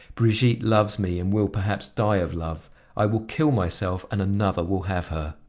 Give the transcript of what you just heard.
brigitte loves me and will perhaps die of love i will kill myself and another will have her.